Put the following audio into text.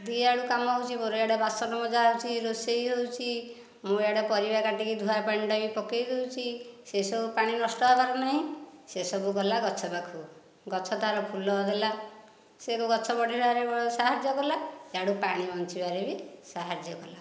ଦି ଆଡୁ କାମ ହେଉଛି ମୋର ଆଡ଼େ ବାସନ ମଜା ହେଉଛି ରୋଷେଇ ହେଉଛି ମୁଁ ଆଡ଼େ ପରିବା କାଟି ଧୁଆ ପାଣି ଟା ବି ପକାଇ ଦେଉଛି ସେ ସବୁ ପାଣି ନଷ୍ଟ ହେବାର ନାହିଁ ସେ ସବୁ ଗଲା ଗଛ ପାଖକୁ ଗଛ ତାର ଫୁଲ ଦେଲା ସେ ତ ଗଛ ବଢିବାକୁ ସାହାଯ୍ୟ କଳା ଆଡ଼ୁ ପାଣି ବଞ୍ଚିବାରେ ବି ସାହାଯ୍ୟ କଲା